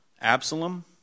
Absalom